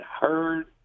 heard